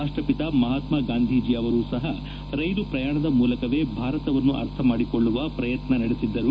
ರಾಷ್ಟ್ರಪಿತ ಮಹಾತ್ಮ ಗಾಂಧೀಜಿ ಅವರೂ ಸಹ ರೈಲು ಪ್ರಯಾಣದ ಮೂಲಕವೇ ಭಾರತವನ್ನು ಅರ್ಥ ಮಾಡಿಕೊಳ್ಳುವ ಪ್ರಯತ್ನ ನಡೆಸಿದ್ದರು